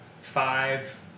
five